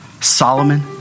Solomon